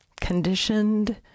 conditioned